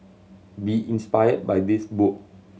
be inspired by this book